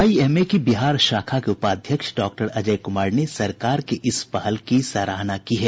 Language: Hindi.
आईएमए की बिहार शाखा के उपाध्यक्ष डॉक्टर अजय कुमार ने सरकार के इस पहल की सराहना की है